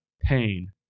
pain